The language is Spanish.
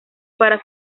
para